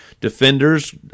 defenders